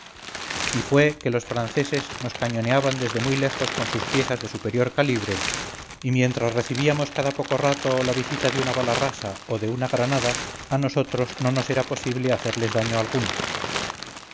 y fue que los franceses nos cañoneaban desde muy lejos con sus piezas de superior calibre y mientras recibíamos cada poco rato la visita de una bala rasa o de una granada a nosotros no nos era posible hacerles daño alguno